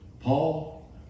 Paul